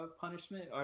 punishment